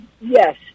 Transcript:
Yes